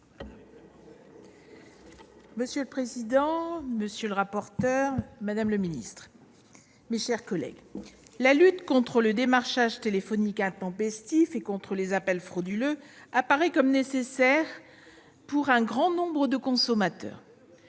Monsieur le président, madame la secrétaire d'État, mes chers collègues, la lutte contre le démarchage téléphonique intempestif et contre les appels frauduleux apparaît comme nécessaire pour un grand nombre de consommateurs.